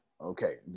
okay